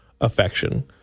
affection